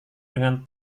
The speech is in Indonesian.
dengan